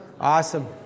Awesome